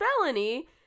felony